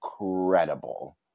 Incredible